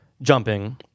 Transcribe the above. jumping